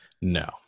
No